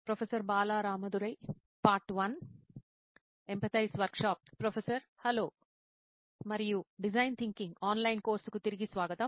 professor hello మరియు design thinking online కోర్సుకు తిరిగి స్వాగతం